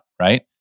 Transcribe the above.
right